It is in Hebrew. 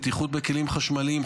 בטיחות בכלים חשמליים,